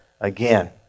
again